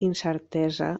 incertesa